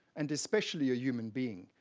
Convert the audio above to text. and especially a human being,